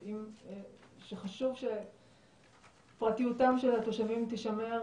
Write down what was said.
שחשוב שפרטיותם של התושבים תישמר,